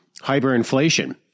hyperinflation